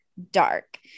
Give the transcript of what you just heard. dark